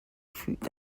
fut